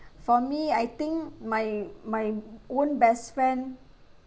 for me I think my my own best friend